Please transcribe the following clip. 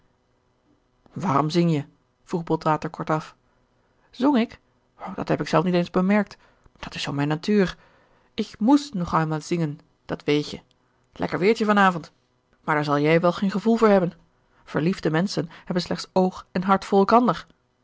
waarom zing je vroeg botwater kortaf zong ik dat heb ik zelf niet eens bemerkt dat is zoo mijn natuur ich muss nun einmal singen dat weet je lekker weertje van avond maar daar zal jij wel geen gevoel voor hebben verliefde menschen hebben slechts oog en hart voor elkander